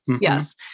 Yes